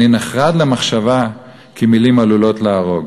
אני נחרד למחשבה כי מילים עלולות להרוג.